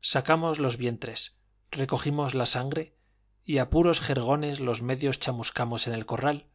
sacamos los vientres recogimos la sangre y a puros jergones los medio chamuscamos en el corral